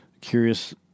curious